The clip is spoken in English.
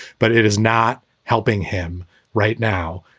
but it is not helping him right now.